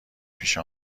پیش